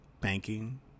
Banking